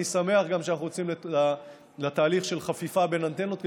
אני שמח גם שאנחנו יוצאים לתהליך של חפיפה בין אנטנות,